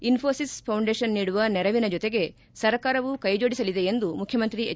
Infosys foundation ನೀಡುವ ನೆರವಿನ ಜೊತೆಗೆ ಸರ್ಕಾರವು ಕೈಜೋಡಿಸಲಿದೆ ಎಂದು ಮುಖ್ಯಮಂತ್ರಿ ಹೆಚ್